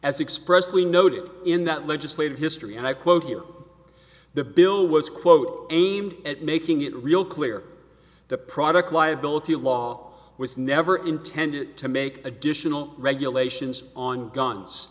as expressly noted in that legislative history and i quote here the bill was quote aimed at making it real clear the product liability law was never intended to make additional regulations on guns